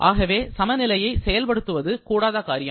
ஆகவே சமநிலையை செயல்படுத்துவது கூடாத காரியம்